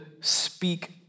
speak